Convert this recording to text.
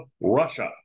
Russia